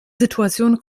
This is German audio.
situation